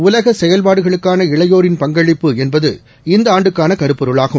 உலகசெயல்பாடுகளுக்கான இளையோரின் பங்களிப்பு என்பது இந்தஆண்டுக்கானகருப்பொருளாகும்